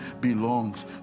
belongs